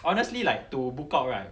honestly like to book out right